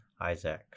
isaac